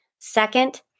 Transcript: Second